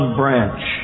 branch